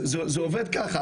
זה עובד ככה,